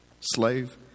slave